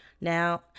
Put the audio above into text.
Now